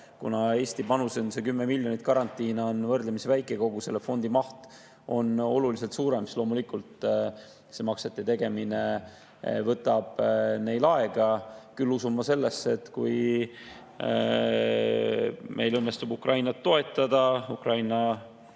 Eesti panus, see 10 miljonit garantiina, on võrdlemisi väike, kogu selle fondi maht on oluliselt suurem. Loomulikult võtab see maksete tegemine neil aega. Küll usun ma sellesse, et kui meil õnnestub Ukrainat toetada ja Ukraina